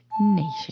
nation